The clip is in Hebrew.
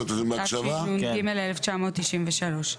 התשנ"ג 1993,